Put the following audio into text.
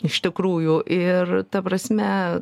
iš tikrųjų ir ta prasme